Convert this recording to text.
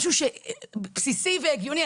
בסיסי והגיוני.